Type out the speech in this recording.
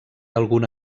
alguna